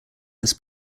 this